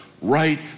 right